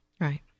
Right